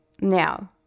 Now